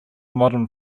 modern